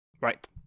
Right